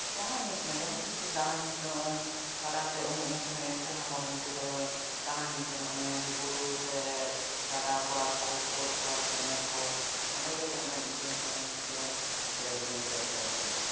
ᱡᱟᱦᱟᱸ ᱨᱮᱜᱮ ᱡᱟᱦᱟᱸ ᱛᱤᱥᱜᱮ ᱫᱟᱬᱟᱱᱤᱧ ᱥᱮᱱᱚᱜᱼᱟᱹᱧ ᱜᱟᱰᱟ ᱥᱮᱫ ᱩᱢᱩᱜᱼᱤᱧ ᱥᱮᱱᱚᱜᱼᱟᱹᱧ ᱮᱱᱛᱮ ᱨᱮᱦᱚᱸ ᱯᱷᱚᱴᱳᱧ ᱠᱷᱤᱪᱟᱹᱣᱟᱹᱧ ᱫᱟᱬᱟᱱᱤᱧ ᱥᱮᱱᱚᱜᱼᱟᱹᱧ ᱵᱩᱨᱩ ᱥᱮ ᱜᱟᱰᱟ ᱠᱚ ᱟᱨᱠᱚ ᱯᱳᱞ ᱠᱚ ᱟᱨᱠᱚ ᱧᱮᱞ ᱠᱚ ᱚᱸᱰᱮᱜᱮ ᱠᱮᱢᱮᱨᱟᱧ ᱤᱫᱤᱭᱟᱹᱧ ᱯᱷᱚᱴᱳᱧ ᱠᱷᱤᱪᱟᱹᱣᱟᱹᱧ ᱟᱨ ᱜᱮᱞᱟᱨᱤ ᱨᱮᱧ ᱥᱮᱵᱽ ᱫᱚᱦᱚ ᱠᱟᱜᱼᱟᱹᱧ